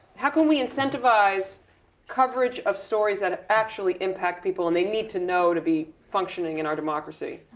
how can we incentivize coverage of stories that actually impact people, and they need to know to be functioning in our democracy?